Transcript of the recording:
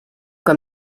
que